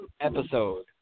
episode